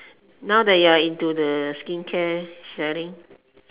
now that you are into the skincare sharing